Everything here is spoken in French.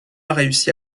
réussit